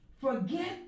forget